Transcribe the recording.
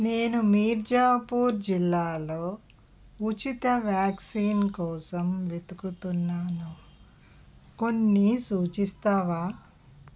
నేను మీర్జాపూర్ జిల్లాలో ఉచిత వ్యాక్సిన్ కోసం వెతుకుతున్నాను కొన్ని సూచిస్తావా